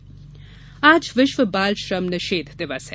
बाल श्रम निषेध आज विश्व बाल श्रम निषेध दिवस है